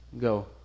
Go